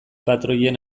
patroien